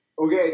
Okay